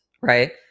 right